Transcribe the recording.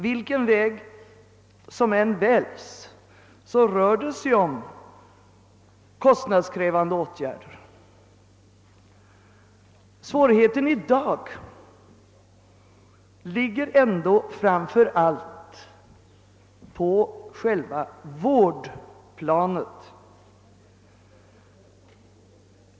Vilken väg som än väljs rör det sig om kostnadskrävande åtgärder. Svårigheten i dag ligger ändå framför allt på själva vårdplanet.